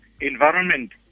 environment